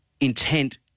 intent